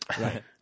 Right